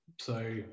So-